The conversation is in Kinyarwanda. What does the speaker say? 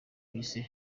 bise